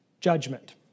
judgment